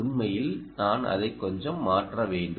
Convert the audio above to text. உண்மையில் நான் அதை கொஞ்சம் மாற்ற வேண்டும்